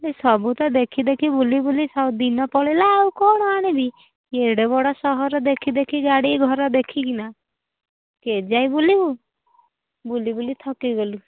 ସବୁ ତ ଦେଖିଦେଖି ବୁଲି ବୁଲି ସବୁ ଦିନ ପଳେଇଲା ଆଉ କ'ଣ ଆଣିବି ଏଡ଼େ ବଡ଼ ସହର ଦେଖିଦେଖି ଗାଡ଼ି ଘର ଦେଖିକିନା କେ ଯାଇ ବୁଲିବୁ ବୁଲି ବୁଲି ଥକିଗଲୁ